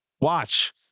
watch